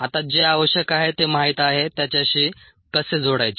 आता जे आवश्यक आहे ते माहित आहे त्याच्याशी कसे जोडायचे